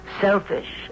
selfish